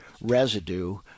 residue